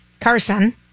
Carson